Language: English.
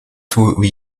through